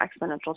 exponential